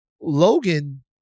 Logan